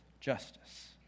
justice